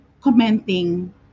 commenting